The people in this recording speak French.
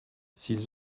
s’ils